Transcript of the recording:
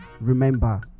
Remember